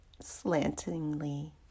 slantingly